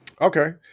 Okay